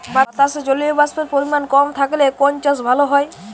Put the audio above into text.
বাতাসে জলীয়বাষ্পের পরিমাণ কম থাকলে কোন চাষ ভালো হয়?